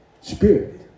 spirit